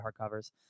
hardcovers